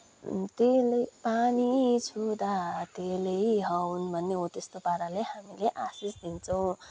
तेलै पानी छुँदा तेलै हउन् भन्ने हो त्यस्तो पाराले हामीले आशीष दिन्छौँ